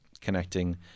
connecting